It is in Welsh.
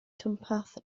twmpath